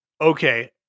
okay